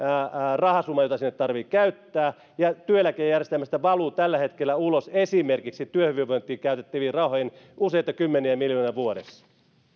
rahasumma jota sinne tarvitsee käyttää ja työeläkejärjestelmästä valuu tällä hetkellä ulos esimerkiksi työhyvinvointiin käytettäviin rahoihin useita kymmeniä miljoonia vuodessa